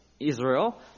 Israel